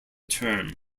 term